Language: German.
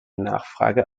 nachfrage